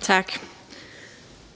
Torsten